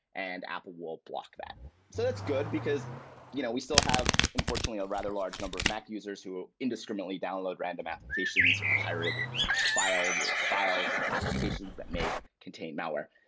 and apple will block that so that's good, because you know we still have unfortunately a rather large number of mac users who indiscriminately download random applications or pirated their files or files or applications that may contain malware.